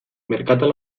merkatal